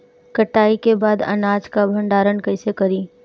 कटाई के बाद अनाज का भंडारण कईसे करीं?